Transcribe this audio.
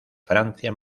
francia